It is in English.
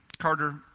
Carter